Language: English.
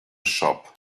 shop